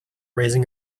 raising